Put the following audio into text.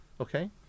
okay